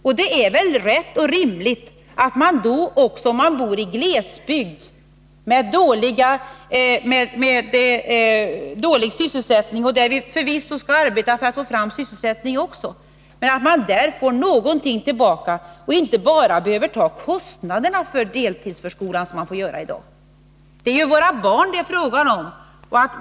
Då är det väl rätt och rimligt att också de som bor i glesbygd med låg sysselsättning — och i de områdena skall vi förvisso också arbeta för att få fram sysselsättning — får någonting tillbaka och inte bara får svara för kostnaderna för deltidsförskolan, som de får göra i dag. Det är ju våra barn det är fråga om.